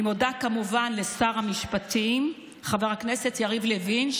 אני מודה כמובן לשר המשפטים חבר הכנסת יריב לוין,